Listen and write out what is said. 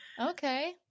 Okay